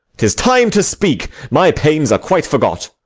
tis time to speak my pains are quite forgot.